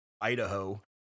Idaho